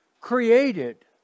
created